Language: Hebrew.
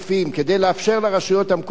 כדי לאפשר לרשויות המקומיות,